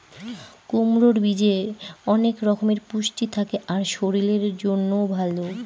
কুমড়োর বীজে অনেক রকমের পুষ্টি থাকে আর শরীরের জন্যও ভালো